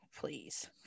Please